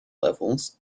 levels